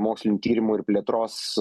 mokslinių tyrimų ir plėtros